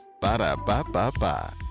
ba-da-ba-ba-ba